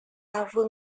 sao